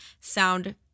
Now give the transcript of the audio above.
sound